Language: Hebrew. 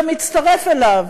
ומצטרף אליו